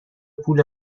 پول